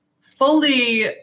fully